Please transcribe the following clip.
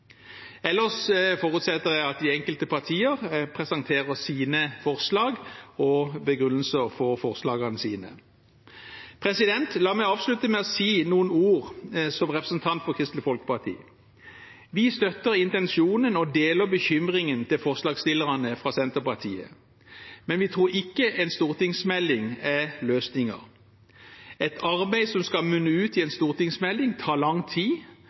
Ellers forutsetter jeg at de enkelte partier presenterer sine forslag og begrunnelser for forslagene sine. La meg avslutte med å si noen ord som representant for Kristelig Folkeparti. Vi støtter intensjonen og deler bekymringen til forslagstillerne fra Senterpartiet, men vi tror ikke en stortingsmelding er løsningen. Et arbeid som skal munne ut i en stortingsmelding, tar lang tid,